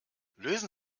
lösen